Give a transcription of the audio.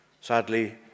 sadly